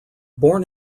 born